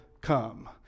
come